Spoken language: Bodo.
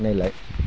नायलाय